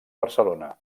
barcelona